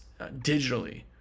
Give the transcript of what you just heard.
digitally